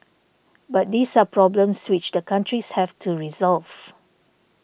but these are problems which the countries have to resolve